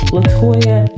Latoya